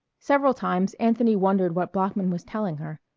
several times anthony wondered what bloeckman was telling her.